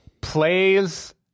plays